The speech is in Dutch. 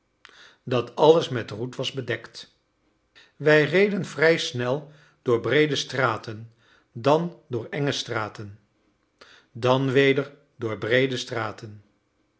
dat alles met roet was bedekt wij reden vrij snel door breede straten dan door enge straten dan weder door breede straten